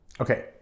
Okay